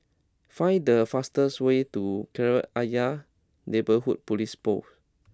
find the fastest way to Kreta Ayer Neighbourhood Police Post